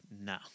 No